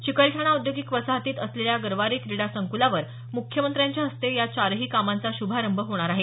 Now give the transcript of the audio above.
चिकलठाणा औद्योगिक वसाहतीत असलेल्या गरवारे क्रीडा संक्लावर मुख्यमंत्र्यांच्या हस्ते या चारही कामांचा शुभारंभ होईल